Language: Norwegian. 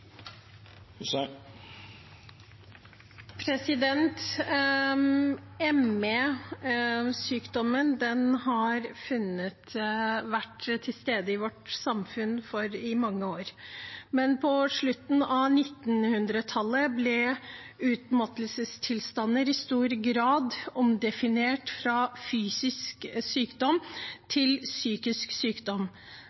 har vært til stede i vårt samfunn i mange år, men på slutten av 1900-tallet ble utmattelsestilstander i stor grad omdefinert fra fysisk sykdom